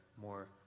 more